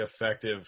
effective